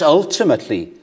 ultimately